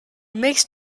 mixed